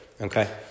okay